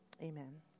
Amen